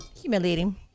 humiliating